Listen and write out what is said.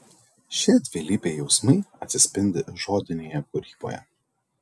šie dvilypiai jausmai atsispindi žodinėje kūryboje